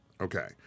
Okay